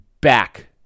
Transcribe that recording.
back